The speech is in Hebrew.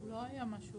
אין לנו דרך לבדוק.